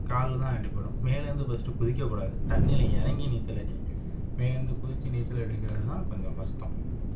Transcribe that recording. காலில் தான் அடிபடும் மேலேருந்து ஃபர்ஸ்ட்டு குதிக்கக்கூடாது தண்ணியில் இறங்கி நீச்சல் அடிங்க மேலேருந்து குதிச்சு நீச்சல் அடிக்கிறது தான் கொஞ்சம் கஷ்ட்டோம்